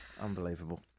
Unbelievable